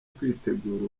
kwitegura